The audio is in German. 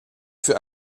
für